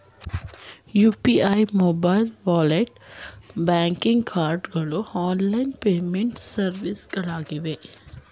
UPI, mobile wallet, banking cards ಗಳು online payment ಸರ್ವಿಸ್ಗಳಾಗಿವೆ